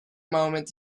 moment